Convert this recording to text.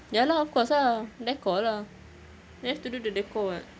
ya lah of course lah decor lah they have to do the decor [what]